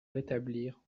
rétablir